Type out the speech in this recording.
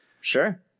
sure